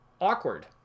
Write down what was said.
Awkward